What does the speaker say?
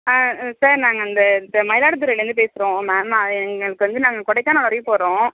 ஆ sir நாங்கள் அந்த இந்த மயிலாடுதுறைலேருந்து பேசுகிறோம் மேம் நான் எங்களுக்கு வந்து நாங்கள் கொடைக்கானல் வரையும் போகிறோம்